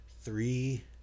three